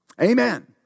Amen